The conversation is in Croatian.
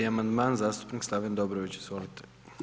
200. amandman zastupnik Slaven Dobrović, izvolite.